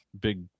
big